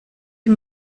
die